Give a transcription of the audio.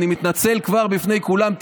אני מתנצל כבר בפני כולם,